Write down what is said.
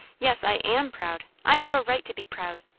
yes, i am proud. i have a right to be proud.